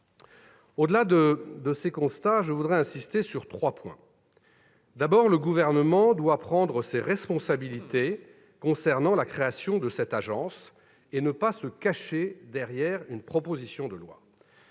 Au-delà de ces constats, j'insisterai sur trois points. Première remarque, le Gouvernement doit prendre ses responsabilités concernant la création de cette agence et ne doit pas se cacher derrière une proposition de loi.